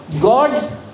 God